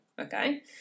Okay